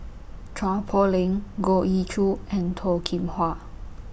Chua Poh Leng Goh Ee Choo and Toh Kim Hwa